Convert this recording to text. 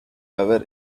ever